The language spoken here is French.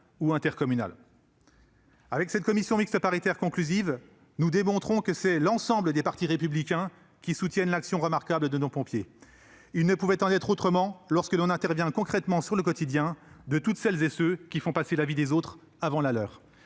ou intercommunal. Avec cette commission mixte paritaire conclusive, nous démontrons que l'ensemble des partis républicains soutiennent l'action remarquable de nos pompiers. Il ne pouvait en être autrement lorsque l'on intervient concrètement sur le quotidien de toutes celles et de tous ceux qui font passer la vie des autres avant la leur.